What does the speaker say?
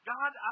God